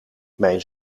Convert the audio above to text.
mijn